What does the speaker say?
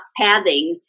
pathing